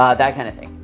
um that kind of thing.